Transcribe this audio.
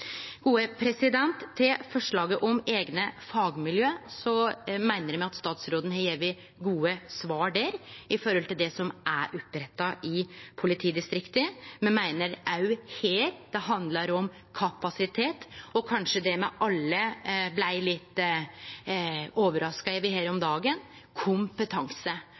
Til forslaget om eigne fagmiljø: Me meiner at statsråden har gjeve gode svar der, med tanke på det som er oppretta i politidistrikta. Me meiner òg her at det handlar om kapasitet og kanskje det me alle blei litt overraska over her om dagen: kompetanse.